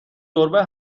گربه